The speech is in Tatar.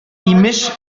имеш